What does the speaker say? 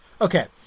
Okay